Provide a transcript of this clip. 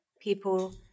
people